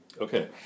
Okay